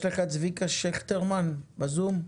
צביקה שכטרמן בזום?